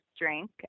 drink